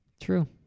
True